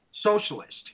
Socialist